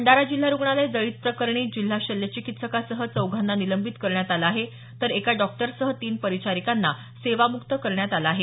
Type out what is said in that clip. भंडारा जिल्हा रुग्णालय जळीत प्रकरणी जिल्हा शल्यचिकित्सकासह चौघांना निलंबित करण्यात आलं आहे तर एका डॉक्टरसह तीन परिचारिकांना सेवामुक्त करण्यात आलं आहे